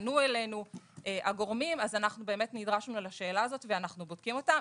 שפנו אלינו הגורמים נדרשנו לשאלה הזאת ואנחנו בודקים אותה.